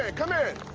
ah come in,